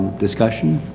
discussion